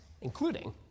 including